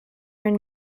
and